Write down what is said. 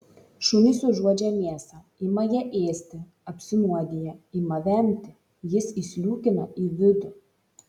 šunys užuodžia mėsą ima ją ėsti apsinuodija ima vemti jis įsliūkina į vidų